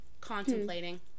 Contemplating